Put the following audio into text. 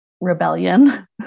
rebellion